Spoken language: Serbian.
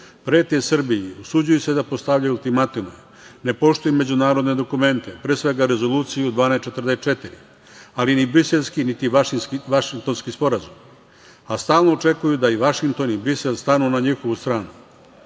prete Srbiji, usuđuju se da postavljaju ultimatume, ne poštuju međunarodna dokumenta, pre svega Rezoluciju 1244, ali ni Briselski, ni Vašingtonski sporazum, a stalno očekuju da Vašington i Brisel stanu na njihovu stranu.